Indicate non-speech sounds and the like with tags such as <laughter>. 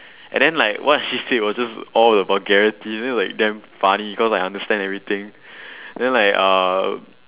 and then like <laughs> what she said was just all the vulgarities then like damn funny because I understand everything <breath> then like uh